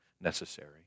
necessary